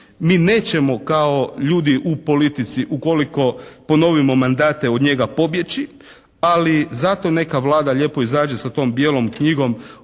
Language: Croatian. Mi nećemo kao ljudi u politici ukoliko ponovimo mandate od njega pobjeći, ali zato neka Vlada lijepo izađe sa tom «bijelom knjigom»